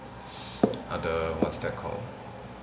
are the what's that called